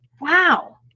Wow